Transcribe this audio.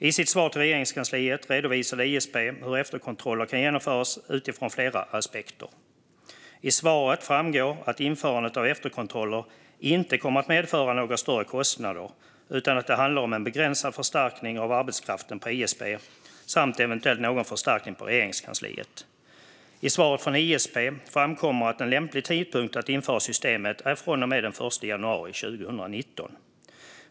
I sitt svar till Regeringskansliet redovisade ISP hur efterkontroller kan genomföras utifrån flera aspekter. I svaret framgår att införandet av efterkontroller inte kommer att medföra några större kostnader, utan att det handlar om en begränsad förstärkning av arbetskraften på ISP samt eventuellt någon förstärkning på Regeringskansliet. I svaret från ISP framkommer att en lämplig tidpunkt att införa systemet är från och med den 1 januari 2019.